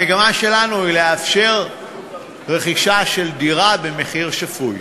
המגמה שלנו היא לאפשר רכישה של דירה במחיר שפוי.